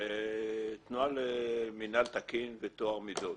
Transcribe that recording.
תנועה למינהל תקין וטוהר מידות.